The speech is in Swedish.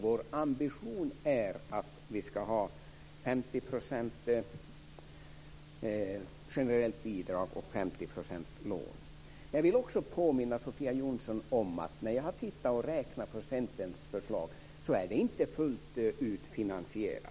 Vår ambition är att vi ska ha 50 % generellt bidrag och 50 % lån. Jag vill också påminna Sofia Jonsson om att jag när jag har räknat på Centerns förslag har sett att det inte fullt ut är finansierat.